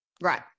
Right